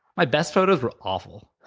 my best photos were awful.